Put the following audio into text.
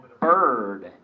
Bird